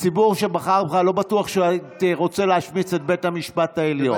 הציבור שבחר בך לא בטוח שהוא רוצה להשמיץ את בית המשפט העליון.